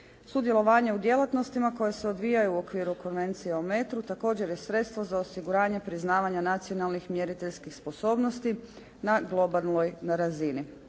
Sudjelovanje u djelatnostima koje se odvijaju u okviru Konvencije o metru također je sredstvo za osiguranje priznavanja nacionalnih mjeriteljskih sposobnosti na globalnoj razini.